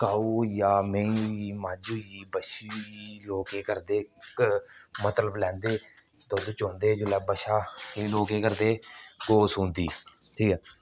काऊ होई गेआ मेहीं होई गेई मंझ होई गेई बच्छी होई गेई लोक केह् करदे मतलब लैंदे दुद्ध चोंदे जिसलै बच्छा केईं लोक केह् करदे गौ सूंदी ठीक ऐ